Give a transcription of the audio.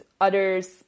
others